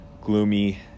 gloomy